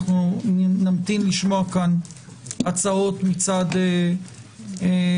אנחנו נמתין לשמוע כאן הצעות מצד הממשלה.